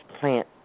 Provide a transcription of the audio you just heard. plant